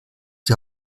die